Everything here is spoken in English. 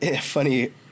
funny